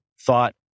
thought